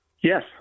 Yes